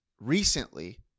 Recently